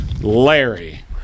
larry